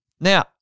Now